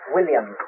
William